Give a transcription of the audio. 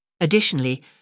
Additionally